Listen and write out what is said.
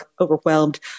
overwhelmed